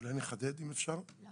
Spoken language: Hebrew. אולי נחדד אם אפשר ונסביר.